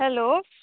hello